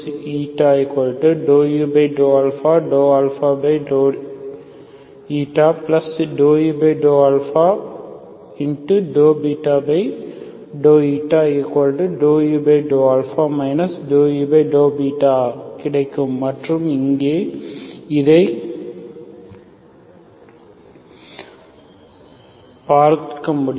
∂β∂u∂α ∂u∂β கிடைக்கும் மற்றும் இங்கே இதை பார்க்க முடியும்